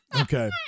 Okay